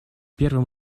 первым